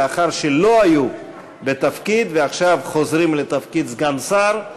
מאחר שלא היו בתפקיד ועכשיו הם חוזרים לתפקיד סגן שר.